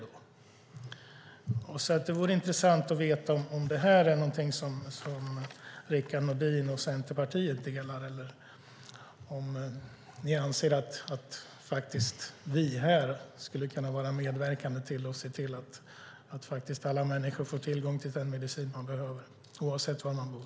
Det vore alltså intressant att veta om detta synsätt är någonting Rickard Nordin och Centerpartiet delar eller om ni anser att vi här skulle kunna medverka och se till att människor faktiskt får tillgång till den medicin de behöver, oavsett var de bor.